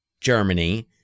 Germany